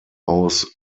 aus